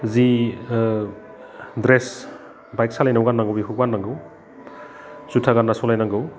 जि dress bike सालायनायाव गाननांगौ बेखौबो गाननांगौ जुथा गानना सालायनांगौ